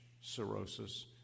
cirrhosis